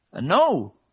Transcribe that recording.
No